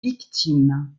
victimes